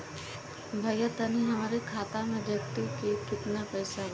भईया तनि हमरे खाता में देखती की कितना पइसा बा?